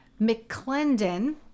McClendon